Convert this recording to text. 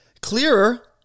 clearer